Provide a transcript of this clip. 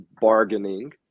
bargaining